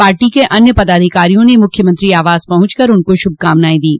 party के अन्य पदाधिकारियों ने मुख्यमंत्री आवास पहुंचकर उनको शुभकामनायें दीं